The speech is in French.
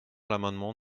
l’amendement